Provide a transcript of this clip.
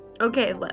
Okay